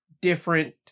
different